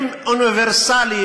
הם אוניברסליים.